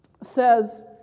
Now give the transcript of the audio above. says